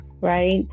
right